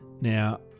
Now